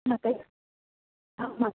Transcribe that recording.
म्हाका एक म्हा